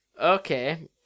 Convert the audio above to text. Okay